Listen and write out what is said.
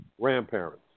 Grandparents